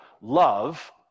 love